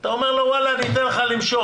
אתה אומר לו: וואלה אני אתן לך למשוך.